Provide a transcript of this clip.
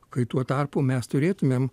kai tuo tarpu mes turėtumėm